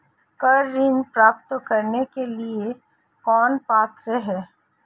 Car ऋण प्राप्त करने के लिए कौन पात्र है?